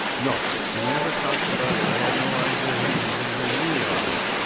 no. he never talked about, i had no idea he was even in the army. and